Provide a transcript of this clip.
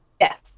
Yes